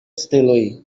steloj